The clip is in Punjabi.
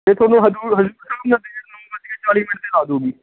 ਅਤੇ ਤੁਹਾਨੂੰ ਹਜ਼ੂਰ ਹਜ਼ੂਰ ਸਾਹਿਬ ਨੂੰ ਨਾਂਦੇੜ ਨੌਂ ਵੱਜ ਕੇ ਚਾਲੀ ਮਿੰਟ 'ਤੇ ਲਾ ਦੂਗੀ